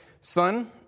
Son